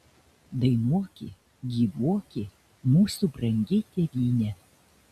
dainuoki gyvuoki mūsų brangi tėvyne